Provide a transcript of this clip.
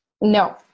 No